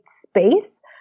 space